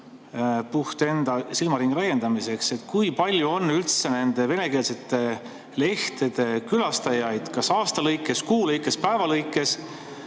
puht enda silmaringi laiendamiseks. Kui palju on üldse nende venekeelsete lehtede külastajaid kas aasta lõikes, kuu lõikes või päeva lõikes?